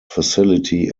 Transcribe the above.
facility